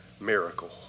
miracle